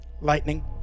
Lightning